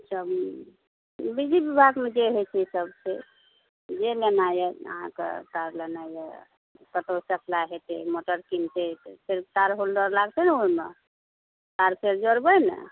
सब बिजली विभागमे जे होइ छै सब छै जे लेनाइ अहाँके तार लेनाइ यऽ कतौ सप्लाइ हेतै मोटर कीनतै तऽ फेर तार होल्डर लागतै ने ओहिमे तार फेर जोड़बै ने